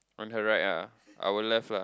on her right ah our left lah